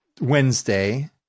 Wednesday